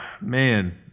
man